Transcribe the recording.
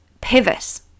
pivot